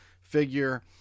figure